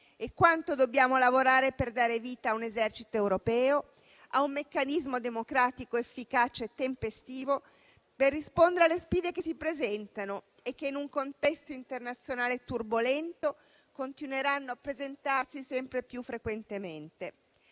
e quanto dobbiamo lavorare per dare vita a un esercito europeo, a un meccanismo democratico efficace e tempestivo per rispondere alle sfide che si presentano e che, in un contesto internazionale turbolento, continueranno a presentarsi sempre più frequentemente.